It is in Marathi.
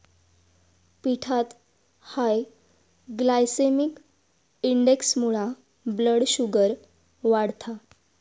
पिठात हाय ग्लायसेमिक इंडेक्समुळा ब्लड शुगर वाढता